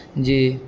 جی